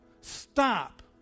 stop